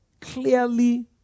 clearly